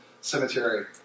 Cemetery